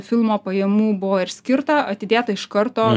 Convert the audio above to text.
filmo pajamų buvo ir skirta atidėta iš karto